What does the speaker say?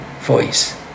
voice